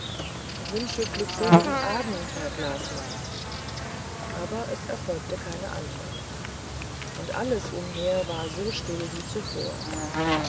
wünsche glückseligen abend herr glasmann aber es erfolgte keine antwort und alles umher war so still wie zuvor